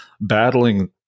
battling